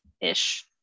ish